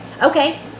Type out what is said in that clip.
Okay